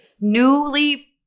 newly